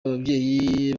ababyeyi